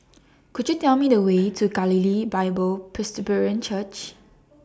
Could YOU Tell Me The Way to Galilee Bible Presbyterian Church